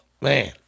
man